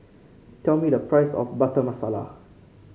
tell me the price of Butter Masala